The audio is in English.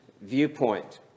viewpoint